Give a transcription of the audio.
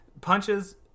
punches